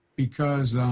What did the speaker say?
because